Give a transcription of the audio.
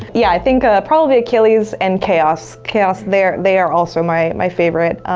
yeah, i think probably achilles and chaos. chaos, they are they are also my my favorite.